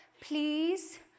please